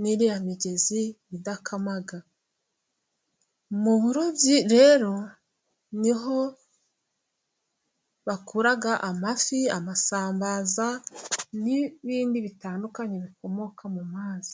n'iriya migezi idakama, mu burobyi rero niho bakura amafi, amasambaza, n'ibindi bitandukanye bikomoka mu mazi.